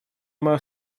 мою